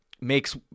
makes